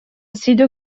sido